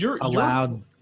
allowed